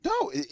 No